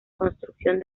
construcción